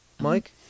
Mike